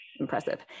impressive